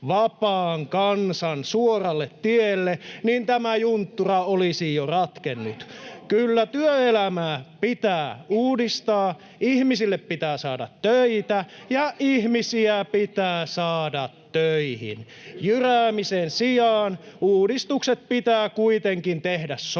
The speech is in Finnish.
vapaan kansan suoralle tielle — niin tämä junttura olisi jo ratkennut. [Antti Kurvinen: Näin se on!] Kyllä työelämää pitää uudistaa. Ihmisille pitää saada töitä, ja ihmisiä pitää saada töihin. Jyräämisen sijaan uudistukset pitää kuitenkin tehdä sopimalla.